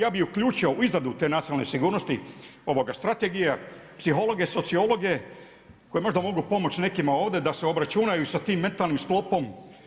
Ja bi uključio u izradu te nacionalne sigurnosti, strategije, psihologe, sociologe koji možda mogu pomoći nekima ovdje da se obračunaju sa tim mentalnim sklopom.